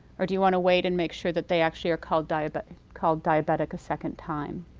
or do you want to wait and make sure that they actually are called diabetic called diabetic a second time?